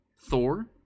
Thor